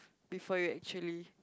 before you actually